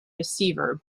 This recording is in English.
receiver